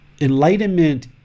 enlightenment